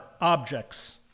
objects